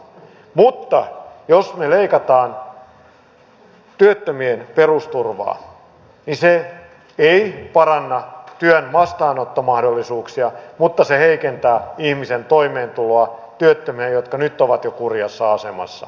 mutta jos me leikkaamme työttömien perusturvaa niin se ei paranna työn vastaanottomahdollisuuksia mutta se heikentää ihmisten toimeentuloa työttömien jotka jo nyt ovat kurjassa asemassa